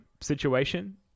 situation